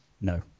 no